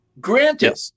Granted